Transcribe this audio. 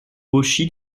auchy